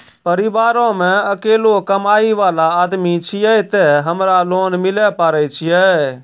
परिवारों मे अकेलो कमाई वाला आदमी छियै ते हमरा लोन मिले पारे छियै?